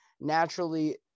naturally